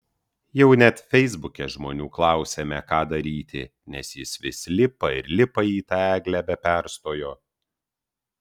jau net feisbuke žmonių klausėme ką daryti nes jis vis lipa ir lipa į tą eglę be perstojo